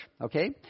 Okay